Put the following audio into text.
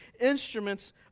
instruments